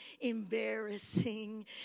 embarrassing